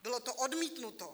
Bylo to odmítnuto.